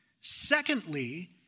Secondly